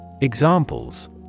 Examples